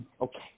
Okay